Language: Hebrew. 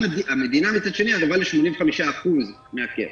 המדינה, מצד שני, ערבה ל-85% מהקרן.